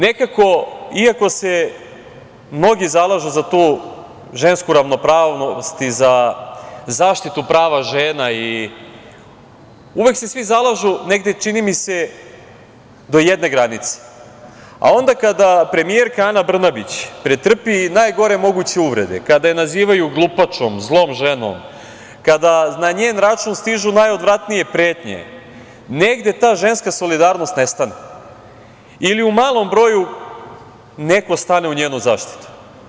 Nekako, iako se mnogi zalažu za tu žensku ravnopravnost i za zaštitu prava žena, i uvek se svi zalažu, negde, čini mi se, do jedne granice, a onda kada premijerka Ana Brnabić pretrpi najgore moguće uvrede, kada je nazivaju glupačom, zlom ženom, kada na njen račun stižu najodvratnije pretnje, negde ta ženska solidarnost nestane ili u malom broju neko stane u njenu zaštitu.